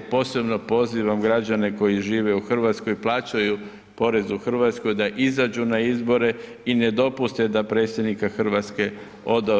Posebno pozivam građane koji žive u Hrvatskoj, plaćaju porez u Hrvatskoj da izađu na izbore i ne dopuste da predsjednika Hrvatske